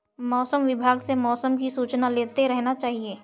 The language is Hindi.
मौसम विभाग से मौसम की सूचना लेते रहना चाहिये?